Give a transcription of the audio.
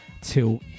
Till